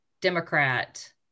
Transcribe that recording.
Democrat